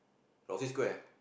Roxy Square